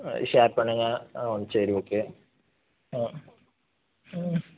share பண்ணுங்க ஆ சரி ஓகே ஆ ம்